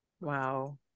Wow